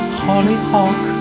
hollyhock